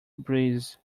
breeze